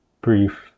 brief